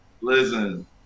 listen